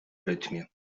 rytmie